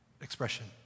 expression